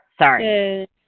Sorry